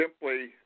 simply